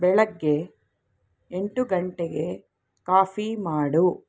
ಬೆಳಗ್ಗೆ ಎಂಟು ಗಂಟೆಗೆ ಕಾಫಿ ಮಾಡು